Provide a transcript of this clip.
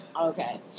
Okay